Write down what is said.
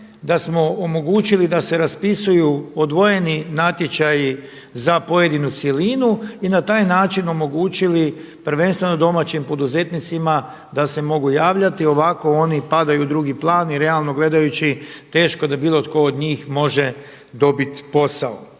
da smo omogućili da se raspisuju odvojeni natječaji za pojedinu cjelinu i na taj način omogućili prvenstveno domaćim poduzetnicima da se mogu javljati. Ovako oni padaju u drugi plan i realno gledajući teško da bilo tko od njih može dobiti posao.